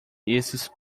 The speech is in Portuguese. esses